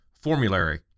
formulary